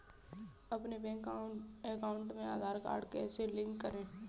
अपने bank account में Aadhaar card कैसे लिंक करें?